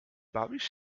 bawisz